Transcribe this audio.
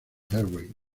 harry